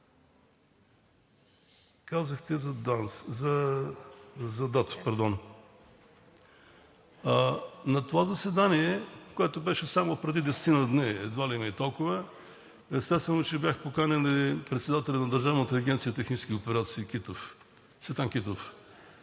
Казахте за ДАТО. На това заседание, което беше само преди десетина дни – едва ли има и толкова, естествено, че бяха поканили и председателя на Държавната агенция „Технически операции“ Цветан Китов.